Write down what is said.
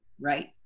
right